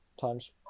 times